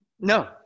No